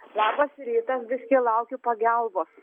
labas rytas biški laukiu pagalbos